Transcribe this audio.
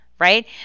Right